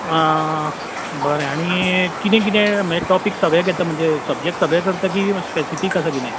बरें आनी कितें कितें मागीर टॉपीक सगळे घेता म्हणजे सब्जॅक्ट सगळे करता की स्पॅसिफीक आसा कितें